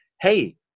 Hey